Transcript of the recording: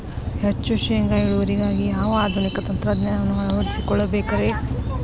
ಹೆಚ್ಚು ಶೇಂಗಾ ಇಳುವರಿಗಾಗಿ ಯಾವ ಆಧುನಿಕ ತಂತ್ರಜ್ಞಾನವನ್ನ ಅಳವಡಿಸಿಕೊಳ್ಳಬೇಕರೇ?